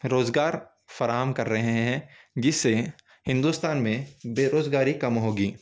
روزگار فراہم کر رہے ہیں جس سے ہندوستان میں بے روزگاری کم ہو گی